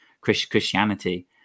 christianity